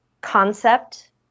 concept